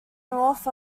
north